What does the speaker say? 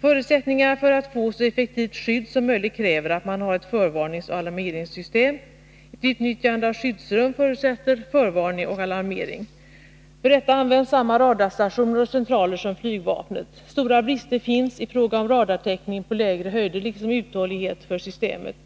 För att få ett så effektivt skydd som möjligt krävs att man har ett förvarningsoch alarmeringssystem. Ett utnyttjande av skyddsrum förutsätter förvarning och alarmering. För detta används samma radarstationer och centraler som inom flygvapnet. Stora brister finns i fråga om radartäckning på lägre höjder liksom i fråga om uthållighet för systemet.